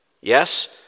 Yes